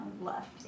Left